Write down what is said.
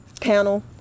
panel